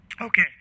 Okay